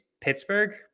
Pittsburgh